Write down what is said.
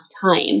time